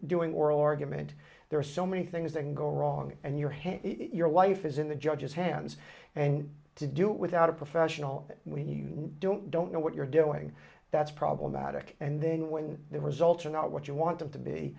doing oral argument there are so many things they can go wrong and your head your life is in the judge's hands and to do it without a professional when you don't don't know what you're doing that's problematic and then when the results are not what you want them to be